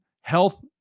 health